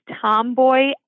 tomboy